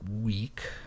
week